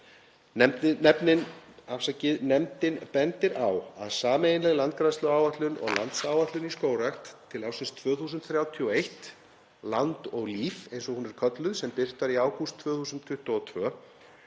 Nefndin bendir á að sameiginleg landgræðsluáætlun og landsáætlun í skógrækt til ársins 2031, Land og líf, eins og hún er kölluð, sem birt var í ágúst 2022,